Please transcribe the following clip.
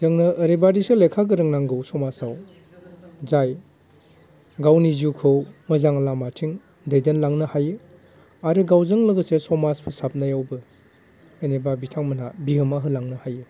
जोंनो ओरैबायदिसो लेखा गोरों नांगौ समाजाव जाय गावनि जिउखौ मोजां लामाथिं दैदेनलांनो हायो आरो गावजों लोगोसे समाज फोसाबनायावबो जेनेबा बिथांमोना बिहोमा होलांनो हायो